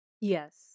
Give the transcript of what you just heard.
Yes